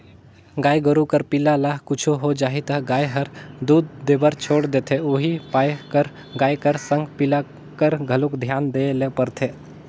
गाय गोरु कर पिला ल कुछु हो जाही त गाय हर दूद देबर छोड़ा देथे उहीं पाय कर गाय कर संग पिला कर घलोक धियान देय ल परथे